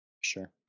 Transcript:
Sure